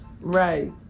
Right